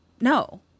No